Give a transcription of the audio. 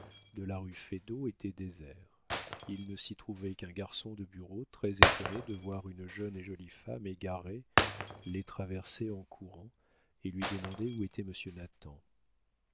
de la rue feydeau étaient déserts il ne s'y trouvait qu'un garçon de bureau très-étonné de voir une jeune et jolie femme égarée les traverser en courant et lui demander où était